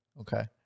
Okay